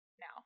now